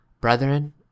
brethren